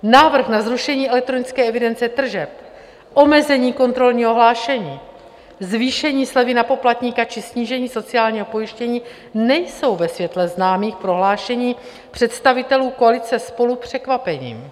Návrh na zrušení elektronické evidence tržeb, omezení kontrolního hlášení, zvýšení slevy na poplatníka či snížení sociálního pojištění nejsou ve světle známých prohlášení představitelů koalice SPOLU překvapením.